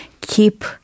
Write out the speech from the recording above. keep